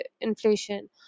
inflation